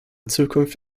zukunft